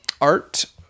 art